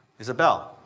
isabelle.